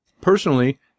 Personally